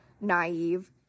naive